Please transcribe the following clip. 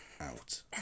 Out